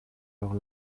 leur